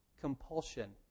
compulsion